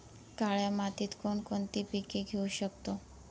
काळ्या मातीत कोणकोणती पिके घेऊ शकतो?